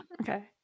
Okay